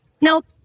nope